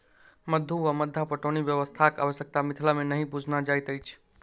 मद्दु वा मद्दा पटौनी व्यवस्थाक आवश्यता मिथिला मे नहि बुझना जाइत अछि